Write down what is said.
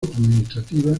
administrativa